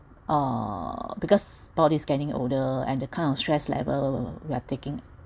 uh because body's getting older and the kind of stress level we're taking